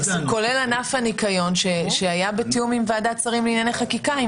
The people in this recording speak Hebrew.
הנוסח שכולל את ענף הניקיון שהיה בתיאום עם ועדת שרים לענייני חקיקה,